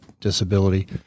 disability